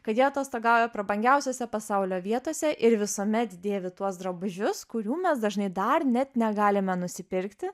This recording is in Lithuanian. kai jie atostogauja prabangiausiose pasaulio vietose ir visuomet dėvi tuos drabužius kurių mes dažnai dar net negalime nusipirkti